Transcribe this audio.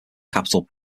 capital